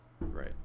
right